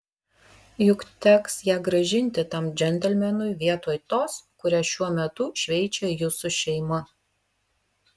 juk teks ją grąžinti tam džentelmenui vietoj tos kurią šiuo metu šveičia jūsų šeima